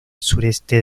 suroeste